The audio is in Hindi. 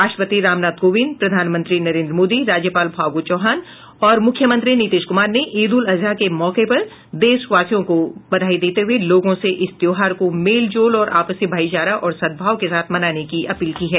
राष्ट्रपति रामनाथ कोविंद प्रधानमंत्री नरेन्द्र मोदी राज्यपाल फागु चौहान और मुख्यमंत्री नीतीश कुमार ने ईद उल अजहा के मौके पर देशवासियों को बधाई देते हुये लोगों से इस त्योहार को मेल जोल आपसी भाईचारा और सद्भाव के साथ मनाने की अपील की है